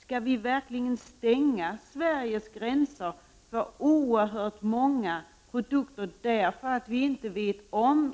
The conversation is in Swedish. Skall vi verkligen stänga Sveriges gränser för oerhört många produkter därför att vi inte vet om